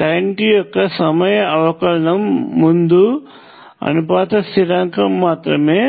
current యొక్క సమయం అవకలనము ముందు అనుపాత స్థిరాంకం మాత్రమే